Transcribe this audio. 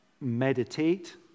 meditate